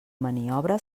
maniobra